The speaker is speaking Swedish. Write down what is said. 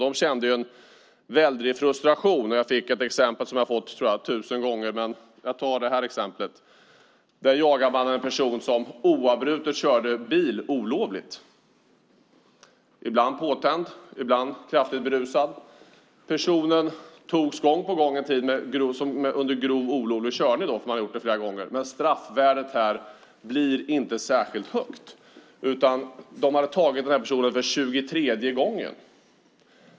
De kände en väldig frustration, och jag fick ett exempel som jag tror att jag har fått tusen gånger, men jag tar det exemplet. Där jagar man en person som oavbrutet kör bil olovligt, ibland påtänd, ibland kraftigt berusad. Personen togs in gång på gång för grov olovlig körning, men straffvärdet blir inte särskilt högt. Polisen hade tagit den här personen för 23:e gången.